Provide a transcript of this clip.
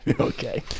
okay